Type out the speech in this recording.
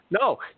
No